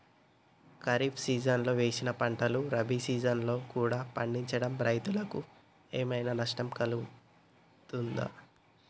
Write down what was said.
ఖరీఫ్ సీజన్లో వేసిన పంటలు రబీ సీజన్లో కూడా పండించడం రైతులకు ఏమైనా నష్టం కలుగుతదా?